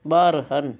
ਬਾਹਰ ਹਨ